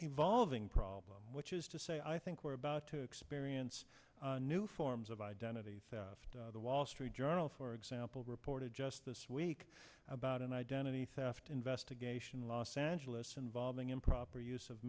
evolving problem which is to say i think we're about to experience new forms of identity theft the wall street journal for example reported just this week about an identity theft investigation in los angeles involving improper use of